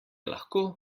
lahko